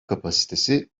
kapasitesi